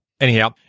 Anyhow